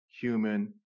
human